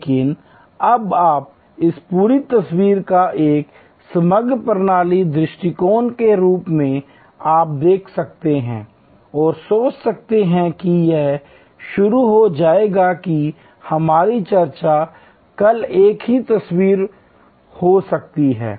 लेकिन अब आप इस पूरी तस्वीर को एक समग्र प्रणाली के दृष्टिकोण के रूप में देख सकते हैं और सोच सकते हैं कि यह शुरू हो जाएगा कि हमारी चर्चा कल एक ही तस्वीर हो सकती है